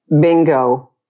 Bingo